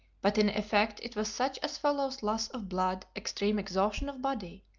but in effect it was such as follows loss of blood, extreme exhaustion of body,